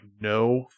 no